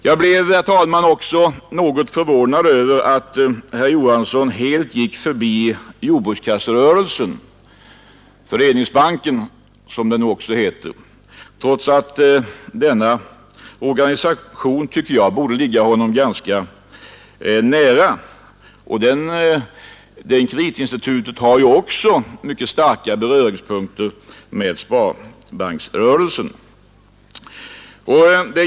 Jag blev, herr talman, också något förvånad över att herr Johansson helt gick förbi jordbrukskasserörelsen — Föreningsbanken, som den också heter — trots att denna organisation borde ligga honom ganska nära. Det kreditinstitutet har ju också mycket starka beröringspunkter med sparbanksrörelsen.